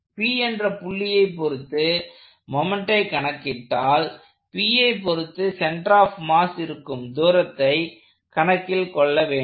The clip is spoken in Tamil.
P என்ற புள்ளியை பொருத்து மொமெண்ட்டை கணக்கிட்டால் Pஐ பொருத்து சென்டர் ஆப் மாஸ் இருக்கும் தூரத்தை கணக்கில் கொள்ள வேண்டும்